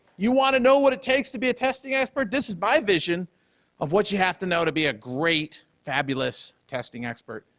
you want to know what it takes to be a testing expert? this is my vision of what you have to know to be ah great, fabulous testing expert,